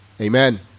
Amen